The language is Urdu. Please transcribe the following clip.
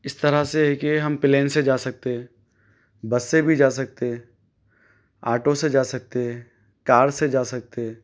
اِس طرح سے ہے کہ ہم پلین سے جا سکتے ہیں بس سے بھی جا سکتے ہیں آٹو سے جا سکتے ہیں کار سے جا سکتے ہیں